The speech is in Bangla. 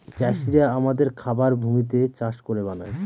চাষিরা আমাদের খাবার ভূমিতে চাষ করে বানায়